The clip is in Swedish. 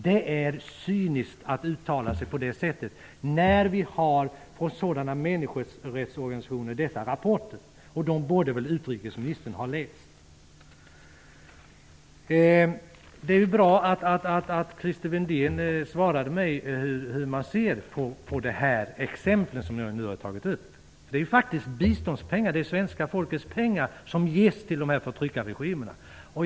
Det är cyniskt att uttala sig på det sättet när vi har fått sådana rapporter från olika medborgarrättsorganisationer. Dem borde utrikesministern ha läst. Det är bra att Christer Windén svarade på min fråga hur man ser på det jag tog upp. Det är faktiskt biståndspengar, svenska folkets pengar, som ges till de olika förtryckarregimerna.